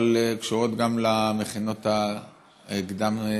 אבל קשורות גם למכינות הקדם-צבאיות.